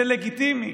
זה לגיטימי.